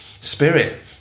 spirit